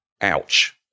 Ouch